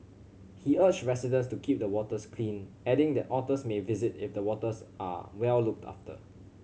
he urged residents to keep the waters clean adding that otters may visit if the waters are well looked after